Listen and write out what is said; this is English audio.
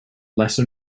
lesser